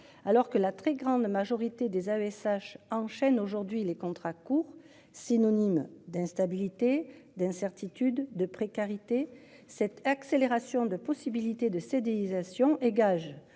Alors que la très grande majorité des AESH enchaîne aujourd'hui les contrats courts synonyme d'instabilité et d'incertitude de précarité cette accélération de possibilité de céder nisation et gage